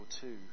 two